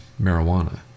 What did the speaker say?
marijuana